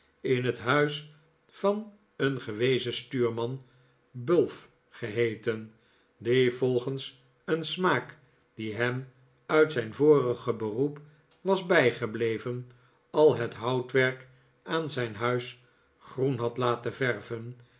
in het huis van een gewezen stuurman bulph geheeten die volgens een smaak die hem uit zijn vorige beroep was bijgebleven al het houtwerk aan zijn huis groen had laten verven